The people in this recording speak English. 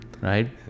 right